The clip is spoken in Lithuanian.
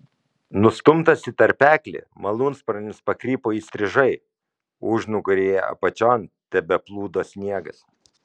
nustumtas į tarpeklį malūnsparnis pakrypo įstrižai užnugaryje apačion tebeplūdo sniegas